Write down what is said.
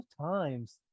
times